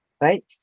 right